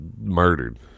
murdered